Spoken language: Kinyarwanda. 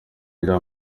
rya